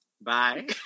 Bye